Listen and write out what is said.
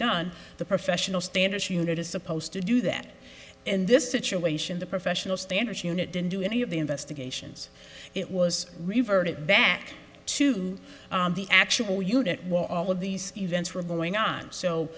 done the professional standards unit is supposed to do that in this situation the professional standards unit didn't do any of the investigations it was reverted back to the actual unit while all of these events were going on so